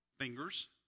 fingers